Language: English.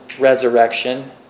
resurrection